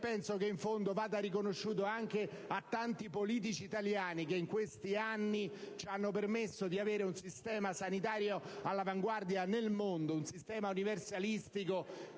e che in fondo vada riconosciuto anche a tanti politici italiani che in questi anni ci hanno permesso di avere un sistema sanitario all'avanguardia nel mondo, un sistema universalistico